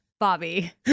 Bobby